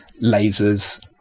lasers